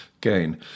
gain